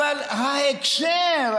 אבל ההקשר,